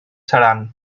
seran